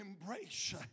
embrace